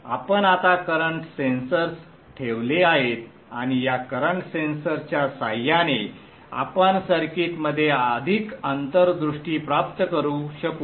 आपण आता current sensors ठेवले आहेत आणि या करंट सेन्सर्सच्या सहाय्याने आपण सर्किटमध्ये अधिक अंतर्दृष्टी प्राप्त करू शकू